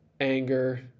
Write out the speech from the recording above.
anger